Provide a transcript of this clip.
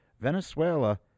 Venezuela